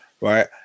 right